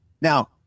now